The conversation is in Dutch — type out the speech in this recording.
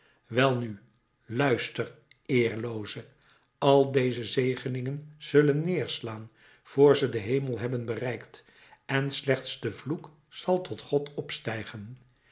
welnu luister eerlooze al deze zegeningen zullen neerslaan vr ze den hemel hebben bereikt en slechts de vloek zal tot god opstijgen